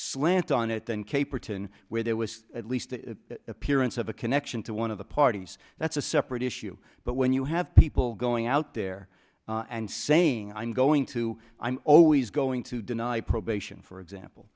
slant on it than caperton where there was at least the appearance of a connection to one of the parties that's a separate issue but when you have people going out there and saying i'm going to i'm always going to deny probation for example